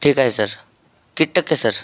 ठीक आहे सर किती टक्के सर